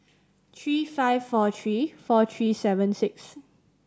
three five four three four three seven six